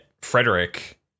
Frederick